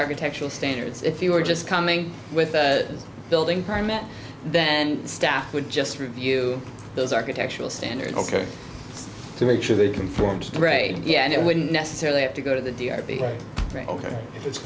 architectural standards if you were just coming with a building permit then staff would just review those architectural standard ok to make sure they conform straight again it wouldn't necessarily have to go to the d r be ok if it's